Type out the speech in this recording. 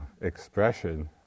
expression